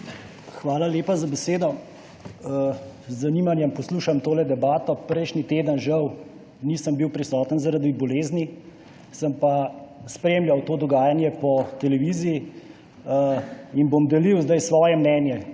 Hvala lepa za besedo. Z zanimanjem poslušam tole debato. Prejšnji teden žal nisem bil prisoten zaradi bolezni, sem pa spremljal to dogajanje po televiziji in bom zdaj delil svoje mnenje,